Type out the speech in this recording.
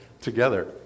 together